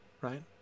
right